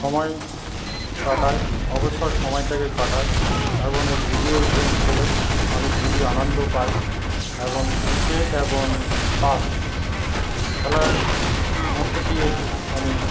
সময় কাটাই অবসর সময়টাকে কাটাই এবং এই ভিডিও গেম খেলে আমি খুবই আনন্দ পাই এবং ক্রিকেট এবং তাস খেলার মধ্যে দিয়ে আমি